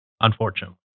Unfortunately